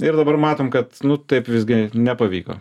ir dabar matom kad nu taip visgi nepavyko